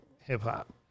hip-hop